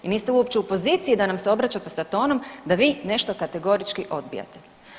I niste uopće u poziciji da nam se obraćate sa tonom da vi nešto kategorički odbijate.